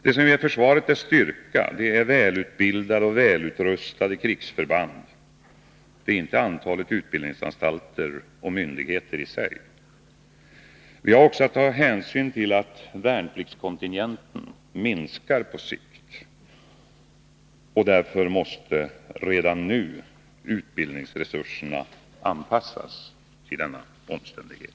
Det som ger försvaret dess styrka är välutbildade och välutrustade krigsförband, inte antalet utbildningsanstalter och myndigheter i sig. Vi har också att ta hänsyn till att värnpliktskontingenten minskar på sikt. Därför måste redan nu utbildningsresurserna anpassas till denna omständighet.